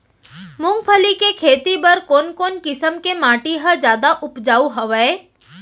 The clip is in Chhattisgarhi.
मूंगफली के खेती बर कोन कोन किसम के माटी ह जादा उपजाऊ हवये?